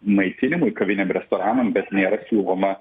maitinimui kavinėm restoranam bet nėra siūloma